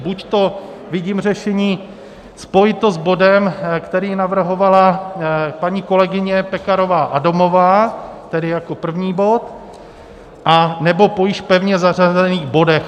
Buďto vidím řešení spojit to s bodem, který navrhovala paní kolegyně Pekarová Adamová, tedy jako první bod, nebo po již pevně zařazených bodech.